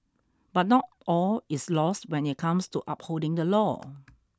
but not all is lost when it comes to upholding the law